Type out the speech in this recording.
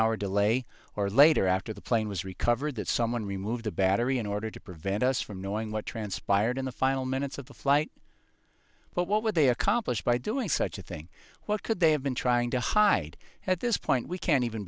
hour delay or later after the plane was recovered that someone removed the battery in order to prevent us from knowing what transpired in the final minutes of the flight what what would they accomplish by doing such a thing what could they have been trying to hide at this point we can't even